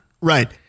Right